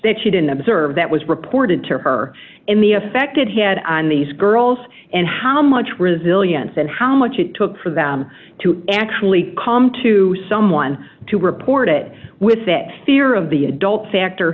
that she didn't observe that was reported to her in the effect it had on these girls and how much resilience and how much it took for them to actually come to someone to report it with a fear of the adult factor